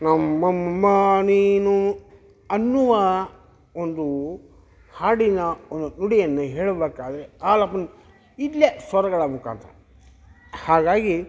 ನಮ್ಮಮ್ಮ ನೀನು ಎನ್ನುವ ಒಂದು ಹಾಡಿನ ಒಂದು ನುಡಿಯನ್ನು ಹೇಳ್ಬೇಕಾದರೆ ಆಲಾಪನ ಇಲ್ಲೇ ಸ್ವರಗಳ ಮುಖಾಂತರ ಹಾಗಾಗಿ